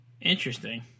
Interesting